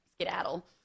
skedaddle